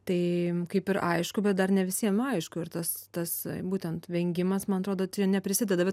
tai kaip ir aišku bet dar ne visiem aišku ir tas tas būtent vengimas man atrodo čia neprisideda